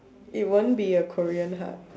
it won't be a Korean heart